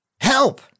Help